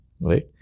Right